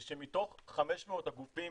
זה שמתוך 500 הגופים